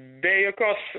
be jokios